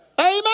Amen